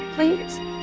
Please